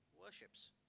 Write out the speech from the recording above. worships